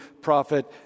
prophet